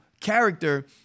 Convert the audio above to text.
character